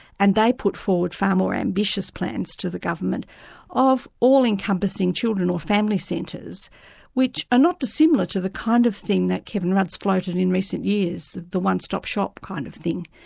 and they put forward far more ambitious plans to the government of all encompassing children or family centres which are not dissimilar to the kind of thing that kevin rudd's floated in recent years, the one-stop shop kind of thing,